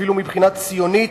אפילו מבחינה ציונית,